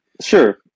Sure